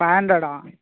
five hundred